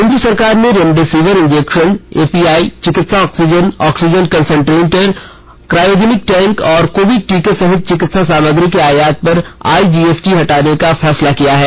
केंद्र सरकार ने रेमडेसिविर इंजेक्शन एपीआई चिकित्सा oxygen oxygen concentrator cryogenic tank और कोविड टीके सहित चिकित्सा सामग्री के आयात पर आई जीएसटी हटाने का फैसला किया है